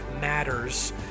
Matters